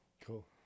cool